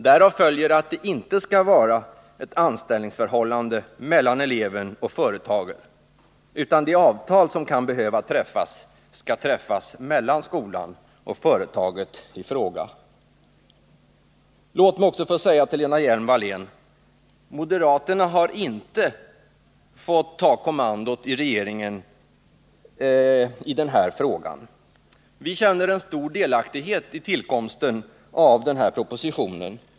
Därav följer att det inte skall vara ett anställningsförhållande mellan eleven och företaget, utan de avtal som kan behöva träffas skall träffas mellan skolan och företaget i fråga. Låt mig också få säga till Lena Hjelm-Wallén: moderaterna har inte fått ta kommandot i regeringen i denna fråga. Vi känner en stor delaktighet vid tillkomsten av den här propositionen.